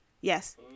Yes